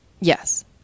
Yes